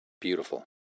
Beautiful